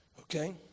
Okay